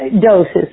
doses